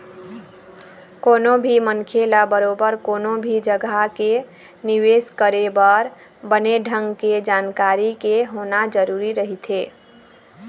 कोनो भी मनखे ल बरोबर कोनो भी जघा के निवेश करे बर बने ढंग के जानकारी के होना जरुरी रहिथे